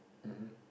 mmhmm